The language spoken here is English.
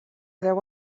there